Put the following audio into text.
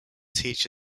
teach